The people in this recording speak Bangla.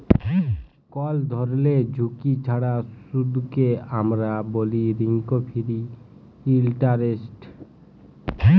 কল ধরলের ঝুঁকি ছাড়া সুদকে আমরা ব্যলি রিস্ক ফিরি ইলটারেস্ট